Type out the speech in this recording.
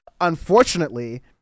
unfortunately